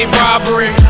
robbery